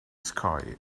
sky